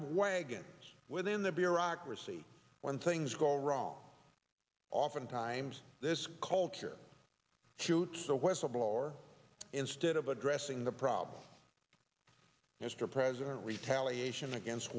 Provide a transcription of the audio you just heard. wagons within the bureaucracy when things go wrong oftentimes this culture shoot the whistle blower instead of addressing the problem mr president retaliation against